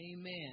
Amen